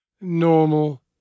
normal